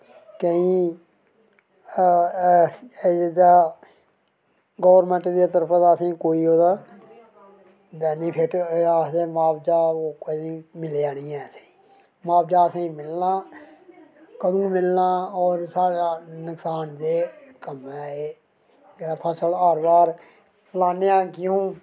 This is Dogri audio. केईं एह् जेह्का गौरमैंट दी तरफा असेंगी कोई एह्दा बेनिफिट जां आखदे मुआवजा कोई मिलेआ निं ऐ असेंगी मुआवजा असेंगी मिलना होर कदूं मिलना होर साढ़ा नुकसान देन जेह्ड़ा फसल हर बार लान्ने आं गेहुं